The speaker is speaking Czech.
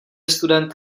student